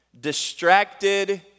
distracted